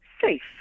safe